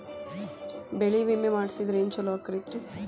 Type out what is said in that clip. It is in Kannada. ಬೆಳಿ ವಿಮೆ ಮಾಡಿಸಿದ್ರ ಏನ್ ಛಲೋ ಆಕತ್ರಿ?